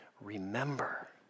remember